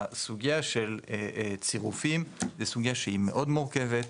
הסוגייה של צירופים זו סוגייה שהיא מאוד מורכבת,